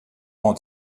oan